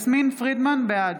בעד